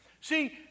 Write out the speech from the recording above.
See